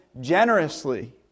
generously